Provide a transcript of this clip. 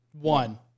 One